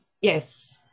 Yes